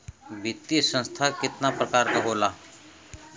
वित्तीय संस्था कितना प्रकार क होला?